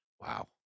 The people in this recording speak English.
Wow